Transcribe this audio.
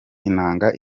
inanga